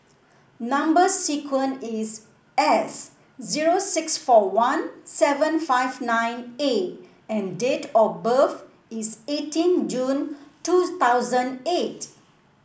number sequence is S zero six four one seven five nine A and date of birth is eighteen June two thousand eight